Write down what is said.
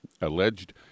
alleged